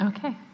Okay